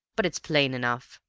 but it's plain enough,